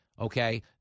Okay